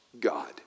God